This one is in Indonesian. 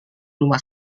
rumah